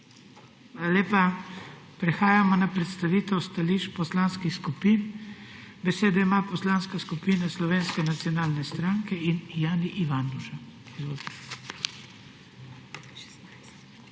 lepa. Prehajamo na predstavitev stališč poslanskih skupin. Besedo ima Poslanska skupina Slovenske nacionalne stranke, Jani Ivanuša.